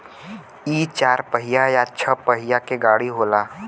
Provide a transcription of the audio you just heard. इ चार पहिया या छह पहिया के गाड़ी होला